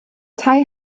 tai